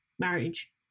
marriage